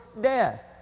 death